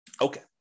Okay